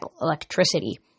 electricity